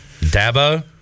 Dabo